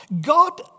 God